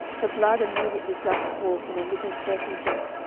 the blood immediately gushed forth in a little purple jet,